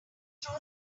throw